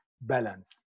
balance